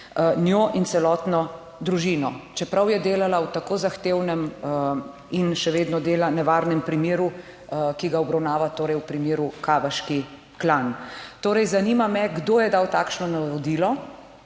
Njo in celotno družino, čeprav je delala v tako zahtevnem in še vedno dela nevarnem primeru, ki ga obravnava torej v primeru kavaški klan. Torej zanima me kdo je dal takšno navodilo?